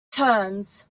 turns